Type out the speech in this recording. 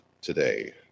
today